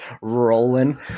rolling